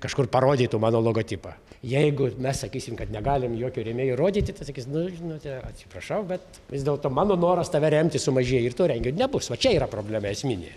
kažkur parodytų mano logotipą jeigu mes sakysim kad negalim jokio rėmėjo rodyti tai sakys nu žinote atsiprašau bet vis dėlto mano noras tave remti sumažėjo ir to renginio nebus va čia yra problema esminė